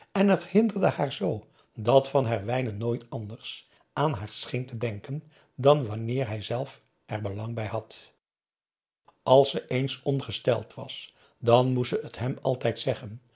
en het hinderde haar zoo dat van herwijnen nooit anders aan p a daum hoe hij raad van indië werd onder ps maurits haar scheen te denken dan wanneer hij zelf er belang bij had als ze eens ongesteld was dan moest ze het hem altijd zeggen